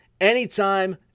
anytime